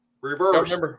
Reverse